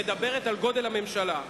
מדברת על גודל הממשלה.